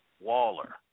Waller